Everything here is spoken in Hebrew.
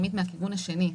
התקציבי,